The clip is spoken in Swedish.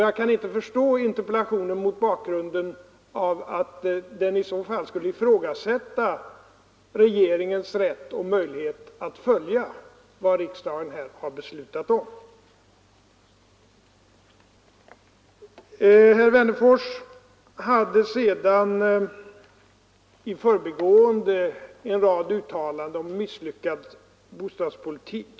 Jag kan inte förstå interpellationen mot bakgrunden av att den innebär att man skulle ifrågasätta regeringens rätt och möjlighet att följa vad riksdagen har beslutat om i detta fall. Herr Wennerfors gjorde vidare i det föregående en rad uttalanden om en misslyckad bostadspolitik.